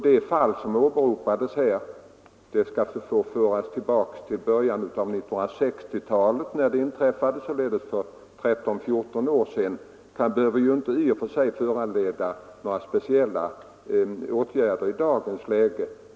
De fall som åberopats här inträffade i början av 1960-talet — således för 13 å 14 år sedan — och behöver inte föranleda några speciella åtgärder i dagens läge.